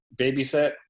babysit